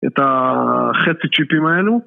את החצי צ'יפים האלו